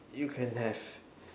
you can have